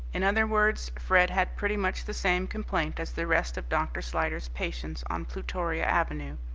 in other words fred had pretty much the same complaint as the rest of dr. slyder's patients on plutoria avenue,